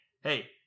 hey